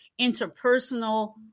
interpersonal